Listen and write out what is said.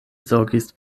zorgis